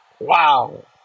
Wow